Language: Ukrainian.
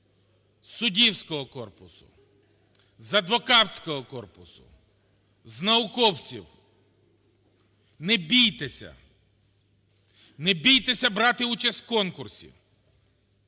суддівського корпусу, з адвокатського корпусу, з науковців – не бійтеся, не бійтеся брати участь у конкурсі,